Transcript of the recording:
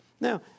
Now